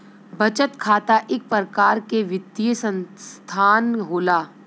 बचत खाता इक परकार के वित्तीय सनसथान होला